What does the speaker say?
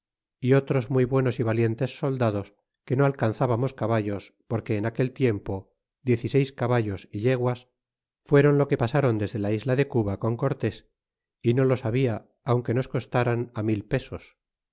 y otros muy buenos y valientes soldados que no alcanzábamos caballos porque en aquel tiempo diez y seis caballos y yeguas fuéron lo que pasron desde la isla de cuba con cortés y no los habla aunque nos costaran á mil pesos